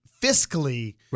fiscally